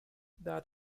that